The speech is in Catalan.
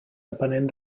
depenent